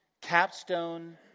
capstone